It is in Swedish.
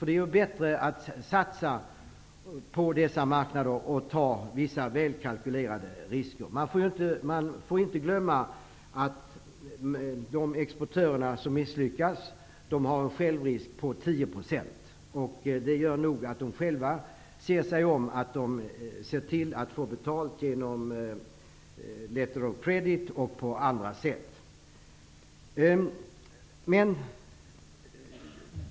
Det är bättre att satsa på dessa marknader och att ta vissa välkalkylerade risker. Man får inte glömma att de exportörer som har misslyckats har en självrisk på 10 %. Det gör nog att de själva ser till att få betalt genom letter of credit och på andra sätt.